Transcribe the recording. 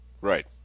Right